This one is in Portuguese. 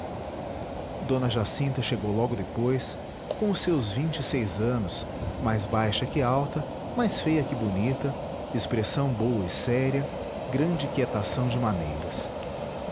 d jacinta chegou logo depois com os seus vinte e seis anos mais baixa que alta mais feia que bonita expressão boa e séria grande quietação de maneiras